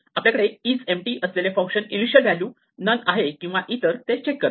आपल्याकडे इजएम्पटी असलेले function initial value none आहे किंवा इतर ते चेक करते